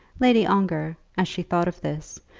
lady ongar, as she thought of this,